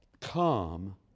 Come